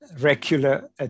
regular